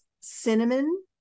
cinnamon